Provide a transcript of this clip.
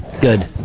Good